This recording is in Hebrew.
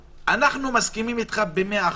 מסכימים אתך במאה אחוז.